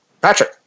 Patrick